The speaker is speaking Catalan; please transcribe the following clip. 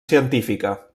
científica